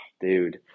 dude